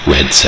Red